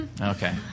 Okay